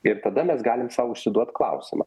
ir tada mes galim sau užsiduot klausimą